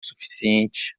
suficiente